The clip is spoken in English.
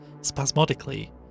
spasmodically